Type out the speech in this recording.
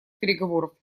переговоров